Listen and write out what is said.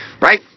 Right